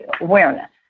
awareness